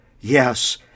Yes